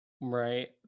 right